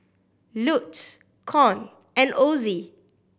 Lute Con and Ozie